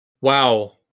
Wow